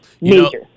Major